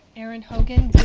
erin hogan,